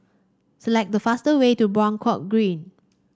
select the fastest way to Buangkok Green